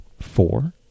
four